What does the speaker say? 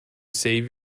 save